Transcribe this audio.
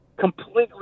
completely